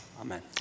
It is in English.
amen